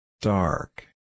Dark